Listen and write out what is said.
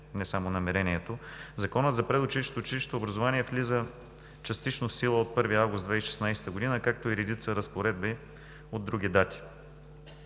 не само намерението. Законът за предучилищното и училищното образование влиза частично в сила от 1 август 2016 г., както и редица разпоредби от други дати.